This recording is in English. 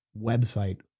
website